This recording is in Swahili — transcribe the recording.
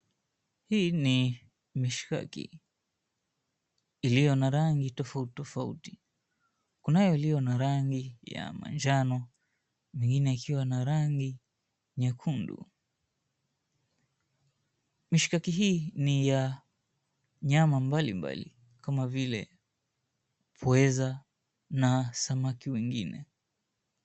Hii ni mishikaki iliyona rangi tofauti tofauti kunayo iliyo na rangi ya manjano, mingine ikiwa na rangi ya nyekundu. Mishikaki hii ni ya nyama mbali mbali kama vile pweza na samaki wengine.